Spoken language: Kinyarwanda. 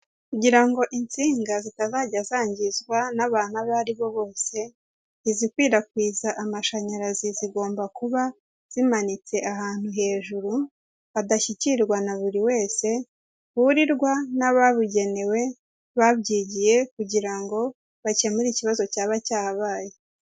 Kugira ngo insinga zitazajya zangizwa n'abantu abo aribo bose, izikwirakwiza amashanyarazi zigomba kuba zimanitse ahantu hejuru, hadashyikirwa na buri wese, hurirwa n'ababugenewe babyigiye kugira ngo bakemure ikibazo cyaba cyahabaye.